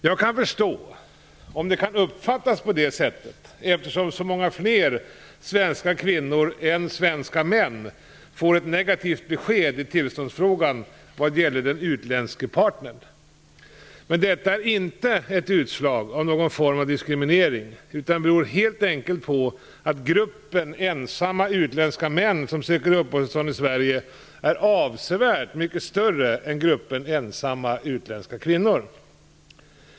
Jag kan förstå att det kan uppfattas på det sättet eftersom så många fler svenska kvinnor än svenska män får ett negativt besked till tillståndsfrågan vad gäller den utländske partnern. Men detta är inte utslag av någon form av diskriminering, utan beror helt enkelt på att gruppen ensamma utländska män som söker uppehållstillstånd i Sverige är avsevärt mycket större än gruppen ensamma utländska kvinnor.